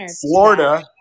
Florida